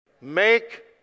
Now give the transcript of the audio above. Make